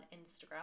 Instagram